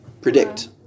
Predict